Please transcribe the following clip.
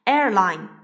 Airline